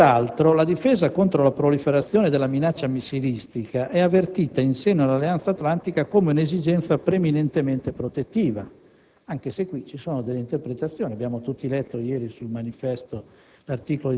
Peraltro, la difesa contro la proliferazione della minaccia missilistica è avvertita in seno all'Alleanza atlantica come un'esigenza preminentemente protettiva, anche se al riguardo ci sono interpretazioni. Abbiamo tutto letto ieri su «il manifesto»